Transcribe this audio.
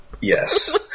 Yes